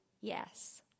yes